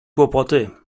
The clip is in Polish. kłopoty